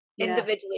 individually